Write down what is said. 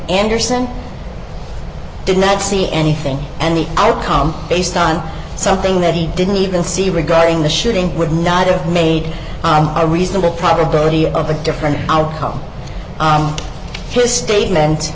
anderson did not see anything and the outcome based on something that he didn't even see regarding the shooting would not have made a reasonable probability of a different outcome this statement